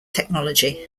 technology